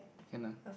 can lah